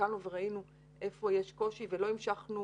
הסתכלנו וראינו איפה יש קושי ולא המשכנו